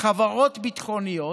חברות ביטחוניות,